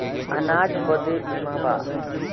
अनाज बदे बीमा बा